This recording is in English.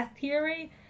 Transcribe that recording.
theory